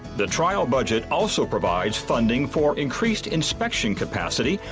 the trial budget also provides funding for increased inspection capacity,